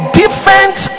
different